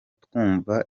twumva